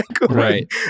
Right